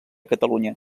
catalunya